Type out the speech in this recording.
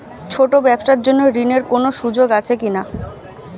ছোট ব্যবসার জন্য ঋণ এর কোন সুযোগ আছে কি না?